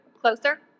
Closer